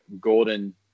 golden